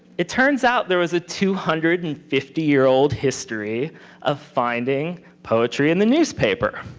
it turns out there was a two hundred and fifty year old history of finding poetry in the newspaper.